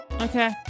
Okay